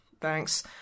Thanks